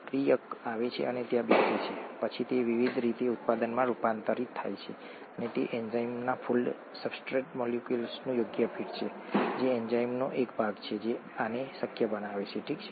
પ્રક્રિયક આવે છે અને ત્યાં બેસે છે અને પછી તે વિવિધ રીતે ઉત્પાદનમાં રૂપાંતરિત થાય છે અને તે એન્ઝાઇમમાં ફોલ્ડમાં સબસ્ટ્રેટ મોલેક્યુલનું યોગ્ય ફિટ છે જે એન્ઝાઇમનો એક ભાગ છે જે આને શક્ય બનાવે છે ઠીક છે